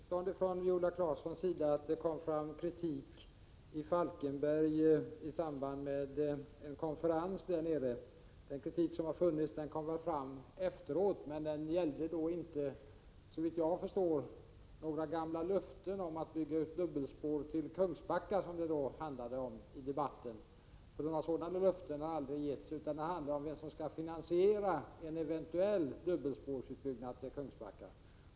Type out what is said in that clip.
Fru talman! Det är nog ett missförstånd från Viola Claessons sida när hon säger att det kom fram kritik i samband med en konferens i Falkenberg. Den kritik som har funnits kom fram efteråt. Men då gällde det inte, såvitt jag förstår, några gamla löften om att bygga upp dubbelspår i Kungsbacka. Några sådana löften har aldrig givits, utan det handlade om vem som skall finansiera en eventuell dubbelspårsuppbyggnad i Kungsbacka.